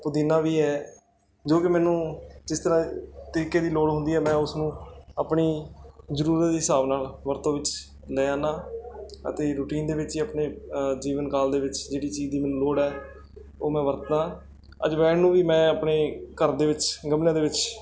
ਪੁਦੀਨਾ ਵੀ ਹੈ ਜੋ ਕਿ ਮੈਨੂੰ ਜਿਸ ਤਰ੍ਹਾਂ ਤਰੀਕੇ ਦੀ ਲੋੜ ਹੁੰਦੀ ਹੈ ਮੈਂ ਉਸ ਨੂੰ ਆਪਣੀ ਜ਼ਰੂਰਤ ਦੇ ਹਿਸਾਬ ਨਾਲ ਵਰਤੋਂ ਵਿੱਚ ਲੈ ਆਉਂਦਾ ਅਤੇ ਰੂਟੀਨ ਦੇ ਵਿੱਚ ਹੀ ਆਪਣੇ ਜੀਵਨ ਕਾਲ ਦੇ ਵਿੱਚ ਜਿਹੜੀ ਚੀਜ਼ ਦੀ ਮੈਨੂੰ ਲੋੜ ਹੈ ਉਹ ਮੈਂ ਵਰਤਦਾ ਅਜਵਾਇਣ ਨੂੰ ਵੀ ਮੈਂ ਆਪਣੇ ਘਰ ਦੇ ਵਿੱਚ ਗਮਲਿਆਂ ਦੇ ਵਿੱਚ